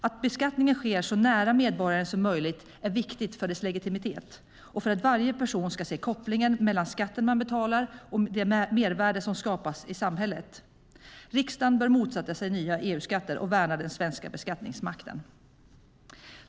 Att beskattningen sker så nära medborgaren som möjligt är viktigt för dess legitimitet och för att varje person ska se kopplingen mellan den skatt man betalar och det mervärde som skapas i samhället. Riksdagen bör motsätta sig nya EU-skatter och värna den svenska beskattningsmakten.